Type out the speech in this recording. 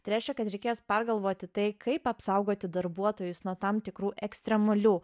tai reiškia kad reikės pergalvoti tai kaip apsaugoti darbuotojus nuo tam tikrų ekstremalių